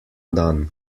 dan